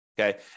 Okay